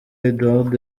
edouard